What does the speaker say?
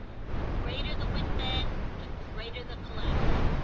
the greater the wind-bag the greater the calamity.